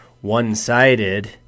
one-sided